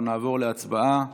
אנחנו נעבור להצבעה